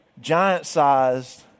giant-sized